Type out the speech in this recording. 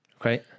Okay